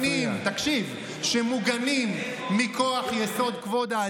ארבעה חוקים, ארבעה חוקים נפלו לכם כאן היום.